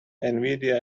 nvidia